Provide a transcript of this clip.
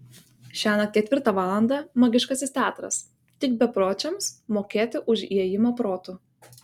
šiąnakt ketvirtą valandą magiškasis teatras tik bepročiams mokėti už įėjimą protu